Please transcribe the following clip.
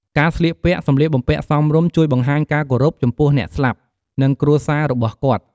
ការស្លៀកពាក់ សម្លៀកបំពាក់សមរម្យជួយបង្ហាញការគោរព ចំពោះអ្នកស្លាប់ និងគ្រួសាររបស់គាត់។